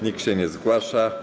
Nikt się nie zgłasza.